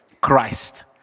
Christ